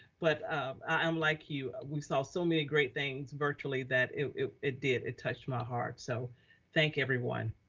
but i'm like you, we saw so many great things virtually that it it did. it touched my heart. so thank everyone.